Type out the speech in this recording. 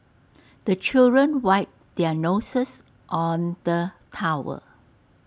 the children wipe their noses on the towel